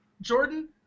Jordan